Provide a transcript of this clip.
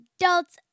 adults